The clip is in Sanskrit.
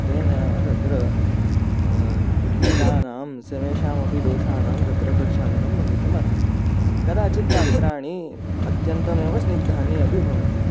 तेन तत्र कीटानां समेषामपि दोषाणां तत्र प्रक्षालनं भवितुमर्हति कदाचित् पात्राणि अत्यन्तमेव स्निग्धानि अपि भवन्ति